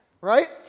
right